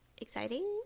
exciting